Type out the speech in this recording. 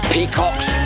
Peacocks